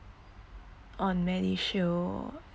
on medishield